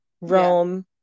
Rome